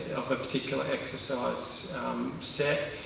of a particular exercise set,